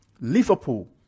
Liverpool